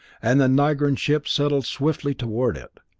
and the nigran ships settled swiftly toward it.